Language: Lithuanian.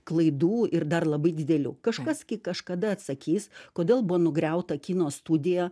klaidų ir dar labai didelių kažkas kai kažkada atsakys kodėl buvo nugriauta kino studija